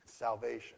Salvation